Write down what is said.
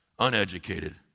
uneducated